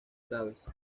graves